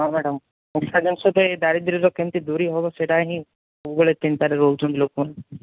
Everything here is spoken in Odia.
ହଁ ମ୍ୟାଡ଼ାମ୍ ଦାରିଦ୍ର୍ୟରୁ କେମିତି ଦୂରୀ ହେବ ସେଇଟା ହିଁ ସବୁବେଳେ ଚିନ୍ତାରେ ରହୁଛନ୍ତି ଲୋକମାନେ